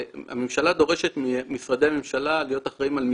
הממשלה דורשת ממשרדי הממשלה להיות אחראים,